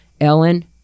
Ellen